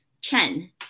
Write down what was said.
Chen